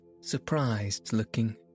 surprised-looking